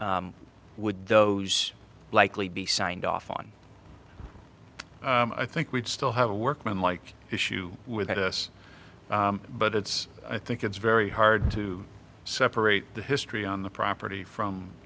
r would those likely be signed off on i think we'd still have a workman like issue with us but it's i think it's very hard to separate the history on the property from